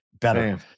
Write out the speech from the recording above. Better